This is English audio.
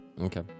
okay